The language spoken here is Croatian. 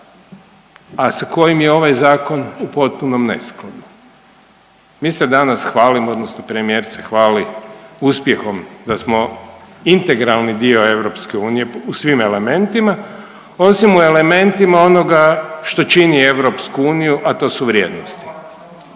a sa kojim je ovaj zakon u potpunom neskladu. Mi se danas hvalimo odnosno premijer se hvali uspjehom da smo integralni dio EU u svim elementima osim u elementima onoga što čini EU, a to su vrijednosti.